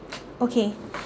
okay